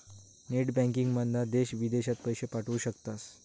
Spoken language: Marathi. नेट बँकिंगमधना देश विदेशात पैशे पाठवू शकतास